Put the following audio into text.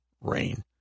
rain